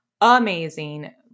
amazing